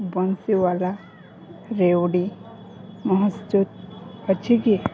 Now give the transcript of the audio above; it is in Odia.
ବଂଶୀୱାଲା ରେୱଡ଼ି ମହଜୁଦ ଅଛି କି